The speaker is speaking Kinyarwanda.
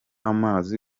amazi